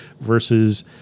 Versus